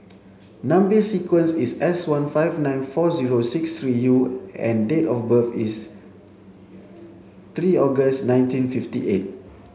number sequence is S one five nine four zero six three U and date of birth is three August nineteen fifty eight